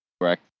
correct